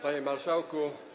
Panie Marszałku!